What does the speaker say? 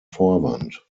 vorwand